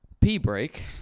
P-break